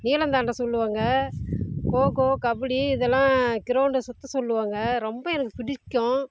நீளம் தாண்ட சொல்வாங்க கோ கோ கபடி இதெல்லாம் க்ரௌண்டை சுற்ற சொல்வாங்க ரொம்ப எனக்கு பிடிக்கும்